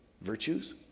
virtues